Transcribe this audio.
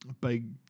Big